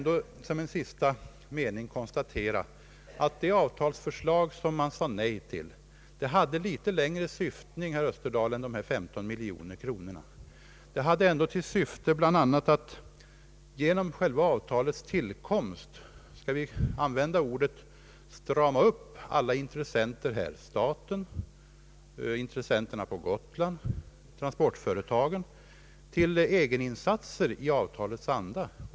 Det avtalsförslag som man sade nej till hade litet längre syftning, herr Österdahl, än de 15 miljoner kronorna. Själva avtalets tillkomst hade bl.a. till syfte att så att säga strama upp alla intressenter, staten, intressenterna på Gotland och transportföretagen, till egna insatser i avtalets anda.